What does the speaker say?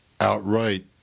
outright